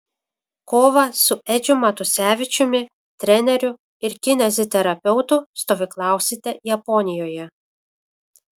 kovą su edžiu matusevičiumi treneriu ir kineziterapeutu stovyklausite japonijoje